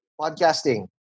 podcasting